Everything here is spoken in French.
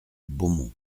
beaumont